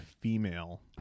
female